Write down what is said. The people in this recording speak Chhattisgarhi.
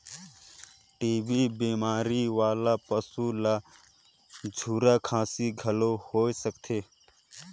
टी.बी बेमारी वाला पसू ल झूरा खांसी घलो हो सकथे